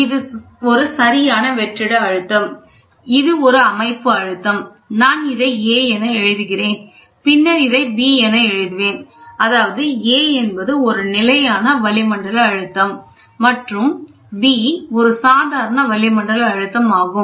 இது ஒரு சரியான வெற்றிட அழுத்தம் இது ஒரு அமைப்பு அழுத்தம் நான் இதை A என எழுதுகிறேன் பின்னர் இதை B என எழுதுவேன் அதாவது A என்பது ஒரு நிலையான வளிமண்டல அழுத்தம் மற்றும் B ஒரு சாதாரண வளிமண்டல அழுத்தம் ஆகும்